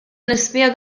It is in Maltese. nispjega